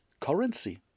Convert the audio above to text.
currency